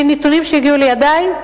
לפי הנתונים שהגיעו לידי,